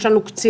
יש לנו קצינים,